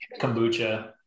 kombucha